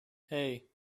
hey